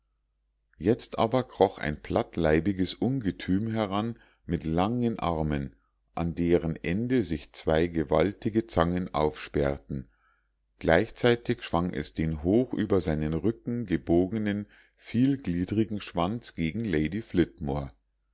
jetzt aber kroch ein plattleibiges ungetüm heran mit langen armen an deren ende sich zwei gewaltige zangen aufsperrten gleichzeitig schwang es den hoch über seinen rücken gebogenen vielgliedrigen schwanz gegen lady